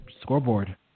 scoreboard